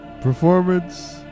performance